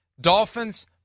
Dolphins